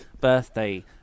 birthday